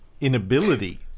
inability